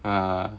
uh